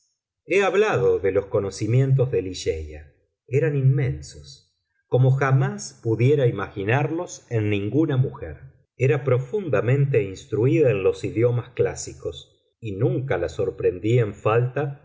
he hablado de los conocimientos de ligeia eran inmensos como jamás pudiera imaginarlos en ninguna mujer era profundamente instruída en los idiomas clásicos y nunca la sorprendí en falta